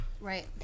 Right